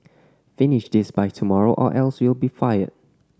finish this by tomorrow or else you'll be fired